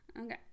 okay